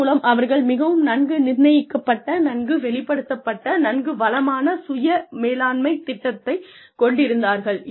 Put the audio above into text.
இதன் மூலம் அவர்கள் மிகவும் நன்கு நிர்ணயிக்கப்பட்ட நன்கு வெளிப்படுத்தப்பட்ட நன்கு வளமான சுய மேலாண்மை திட்டத்தைக் கொண்டிருந்தார்கள்